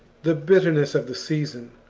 the bitterness of the season,